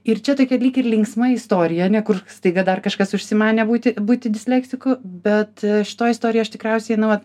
ir čia tokia lyg ir linksma istorija ane kur staiga dar kažkas užsimanė būti būti dislektiku bet šitoj istorijoj aš tikriausiai na vat